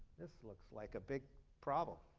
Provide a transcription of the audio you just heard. this looks like a big problem.